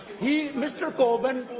he mr corbyn